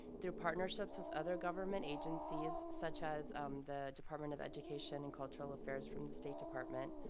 their partnerships with other government agencies, such as the department of education and cultural affairs, from the state department,